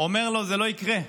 ואומר לו: זה לא יקרה,